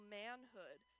manhood